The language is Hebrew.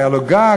היה לו גג,